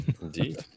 Indeed